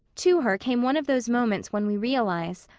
to her came one of those moments when we realize,